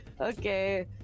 Okay